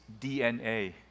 DNA